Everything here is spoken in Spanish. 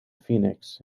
phoenix